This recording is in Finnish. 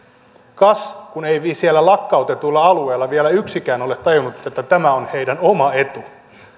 kas kun ei siellä lakkautetuilla alueilla vielä yksikään ole tajunnut että tämä on heidän oma etunsa